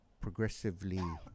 progressively